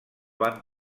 van